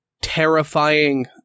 terrifying